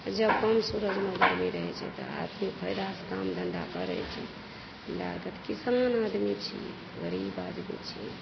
आ जब कम सूरजमे गरमी रहैत छै तऽ आदमी फायदा से काम धंधा करय छै हमरा आरके तऽ किसान आदमी छियै गरीब आदमी छियै